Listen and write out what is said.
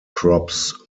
crops